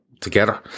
together